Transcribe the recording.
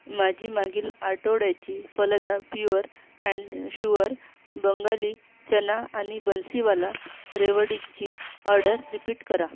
माझी मागील आठवड्याची Phalada pure and sure Bengali चणा आणि बन्सीवाला रेवडीची ऑर्डर रिपीट करा